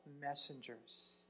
messengers